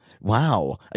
wow